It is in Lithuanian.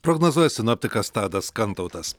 prognozuoja sinoptikas tadas kantautas